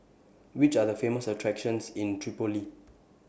Which Are The Famous attractions in Tripoli